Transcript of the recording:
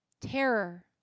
terror